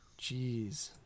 Jeez